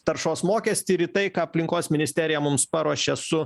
taršos mokestį ir tai ką aplinkos ministerija mums paruošė su